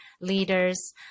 leaders